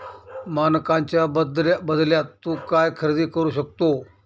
मानकांच्या बदल्यात तू काय खरेदी करू शकतो?